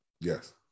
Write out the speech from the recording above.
Yes